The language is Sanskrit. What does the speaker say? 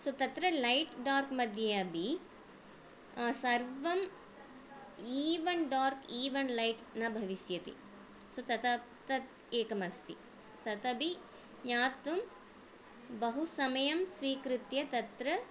सो तत्र लैट् डार्क्मध्ये अपि सर्वम् इवन् डार्क् इवन् लैट् न भविष्यति सो तत् एकमस्ति तदपि ज्ञातुं बहु समयं स्वीकृत्य तत्र